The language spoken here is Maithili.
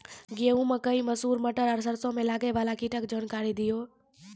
गेहूँ, मकई, मसूर, मटर आर सरसों मे लागै वाला कीटक जानकरी दियो?